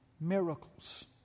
miracles